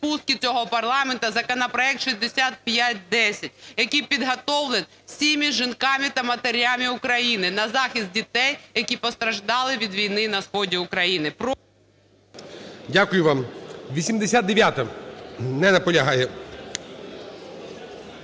Дякую вам. 89-а. Не наполягає.